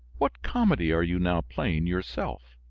what comedy are you now playing yourself?